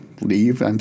Leave